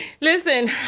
listen